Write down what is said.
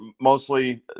mostly